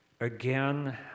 Again